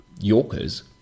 Yorkers